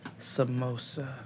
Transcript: samosa